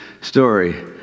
story